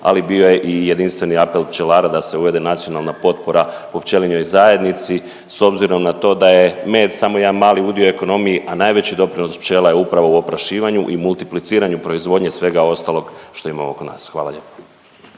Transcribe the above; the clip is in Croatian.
ali bio je i jedinstveni apel pčelara da se uvede nacionalna potpora u pčelinjoj zajednici, s obzirom na to da je med samo jedan udio u ekonomiji, a najveći doprinos pčela je upravo u oprašivanju i multipliciranju proizvodnje svega ostalog što je ima oko nas. Hvala lijepo.